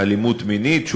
אלימות מינית.